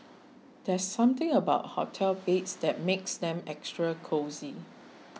there's something about hotel beds that makes them extra cosy